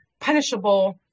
punishable